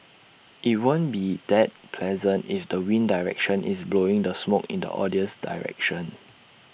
IT won't be that pleasant if the wind direction is blowing the smoke in the audience's direction